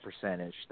percentage